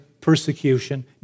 persecution